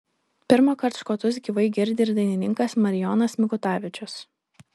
pirmąkart škotus gyvai girdi ir dainininkas marijonas mikutavičius